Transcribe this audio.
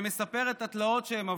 שמספר את התלאות שהם עברו,